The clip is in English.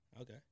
Okay